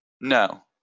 No